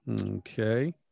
Okay